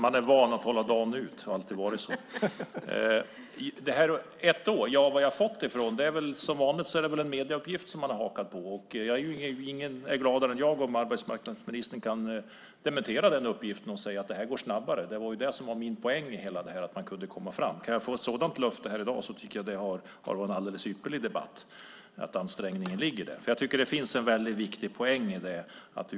Fru talman! Varifrån har jag fått det här med ett år? Som vanligt är det väl en medieuppgift som man har hakat på. Ingen är gladare än jag om arbetsmarknadsministern kan dementera den uppgiften och säga att det här går snabbare. Det var det som var min poäng i hela det här, att man kunde komma fram. Kan jag få ett sådant löfte här i dag blir det en alldeles ypperlig debatt. Det finns en väldigt viktig poäng med det.